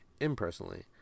impersonally